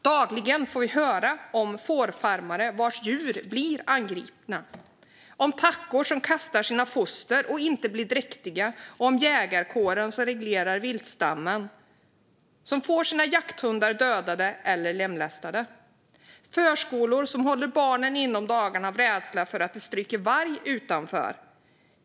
Dagligen får vi höra om fårfarmare vars djur blir angripna, om tackor som kastar sina foster och inte blir dräktiga, om jägarkåren - som reglerar viltstammen - som får sina jakthundar dödade eller lemlästade och om förskolor som håller barnen inne om dagarna av rädsla för att det stryker varg utanför.